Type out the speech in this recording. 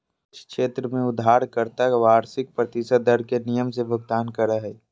कुछ क्षेत्र में उधारकर्ता वार्षिक प्रतिशत दर के नियम से भुगतान करो हय